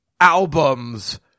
albums